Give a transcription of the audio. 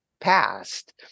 past